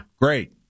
great